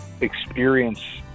Experience